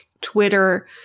Twitter